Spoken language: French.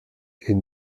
est